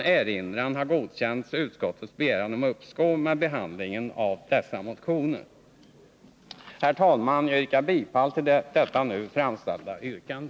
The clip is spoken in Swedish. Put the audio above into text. Jag yrkar bifall till detta nu framställda yrkande.